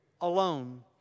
alone